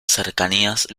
cercanías